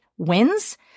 wins